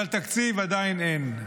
אבל תקציב עדיין אין.